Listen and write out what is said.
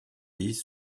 des